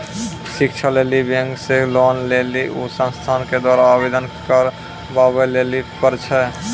शिक्षा लेली बैंक से लोन लेली उ संस्थान के द्वारा आवेदन करबाबै लेली पर छै?